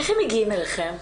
איך הם מגיעות אליכם?